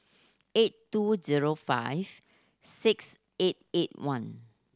eight two zero five six eight eight one